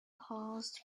paused